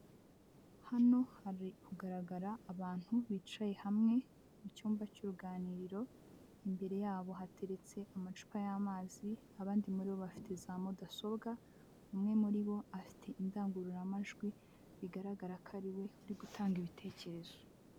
Hano hari kugaragara abantu bicaye hamwe mu cyumba cy'uruganiriro imbere yabo hateretse amacupa y'amazi abandi muri bo bafite za mudasobwa umwe muri bo afite indangururamajwi bigaragara ko ariwe uri gutanga ibitekerezo.